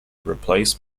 replaced